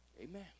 Amen